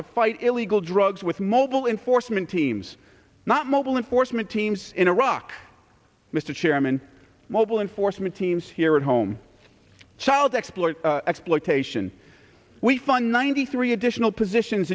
to fight illegal drugs with mobile enforcement teams not mobile enforcement teams in iraq mr chairman mobile enforcement teams here at home child exploit exploitation we fund ninety three additional positions